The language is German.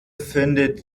findet